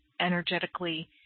energetically